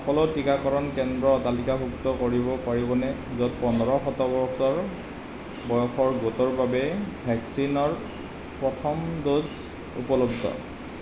সকলো টীকাকৰণ কেন্দ্ৰ তালিকাভুক্ত কৰিব পাৰিবনে য'ত পোন্ধৰ সোতৰ ওঠৰ বয়সৰ গোটৰ বাবে ভেকচিনৰ প্ৰথম ড'জ উপলব্ধ